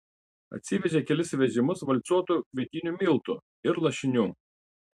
atsivežė kelis vežimus valcuotų kvietinių miltų ir lašinių